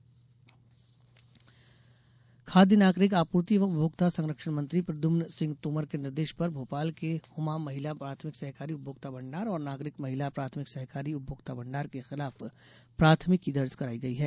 ration दुकान खाद्य नागरिक आपूर्ति एवं उपभोक्ता संरक्षण मंत्री प्रद्यम्न सिंह तोमर के निर्देश पर भोपाल के हुमा महिला प्राथमिक सहकारी उपभोक्ता भंडार और नागरिक महिला प्राथमिक सहकारी उपभोक्ता भंडार के खिलाफ प्राथमिकी दर्ज कराई गई है